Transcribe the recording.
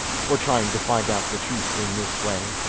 for trying to find out the truth in this way.